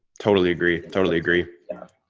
totally agree. totally agree. yeah,